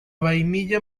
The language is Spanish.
vainilla